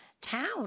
town